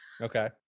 okay